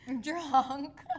Drunk